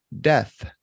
death